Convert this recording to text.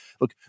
Look